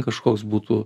kažkoks būtų